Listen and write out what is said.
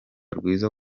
rwiza